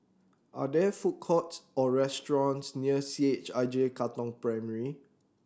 are there food courts or restaurants near C H I J Katong Primary